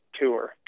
tour